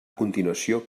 continuació